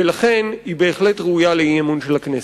ולכן היא בהחלט ראויה לאי-אמון של הכנסת.